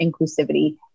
inclusivity